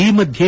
ಈ ಮಧ್ಯೆ